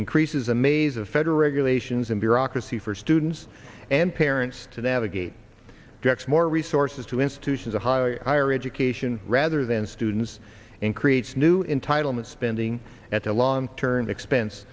increases a maze of federal regulations and bureaucracy for students and parents to navigate direct more resources to institutions of higher higher education rather than students and creates new entitlement spending at the long term expense